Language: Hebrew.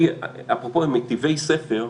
אפרופו, למיטיבי ספר,